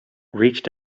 reached